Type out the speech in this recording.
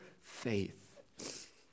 faith